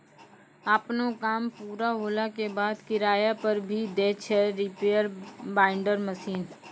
आपनो काम पूरा होला के बाद, किराया पर भी दै छै रीपर बाइंडर मशीन